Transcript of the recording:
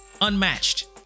unmatched